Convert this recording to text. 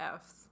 Fs